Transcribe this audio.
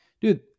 Dude